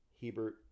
Hebert